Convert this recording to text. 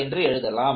என்று எழுதலாம்